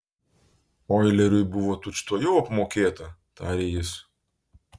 oileriui buvo tučtuojau apmokėta tarė jis